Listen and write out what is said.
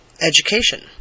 education